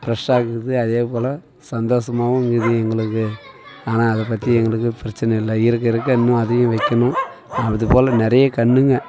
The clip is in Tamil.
ஃப்ரெஷ்ஷாக்குது அதேபோல் சந்தோஷமாவுங்கீது எங்களுக்கு ஆனால் அதைப் பற்றி எங்களுக்குப் பிரச்சினல்ல இருக்க இருக்க இன்னும் அதிகம் வைக்கணும் அதுபோல் நிறைய கன்றுங்க